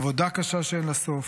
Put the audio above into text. עבודה קשה שאין לה סוף,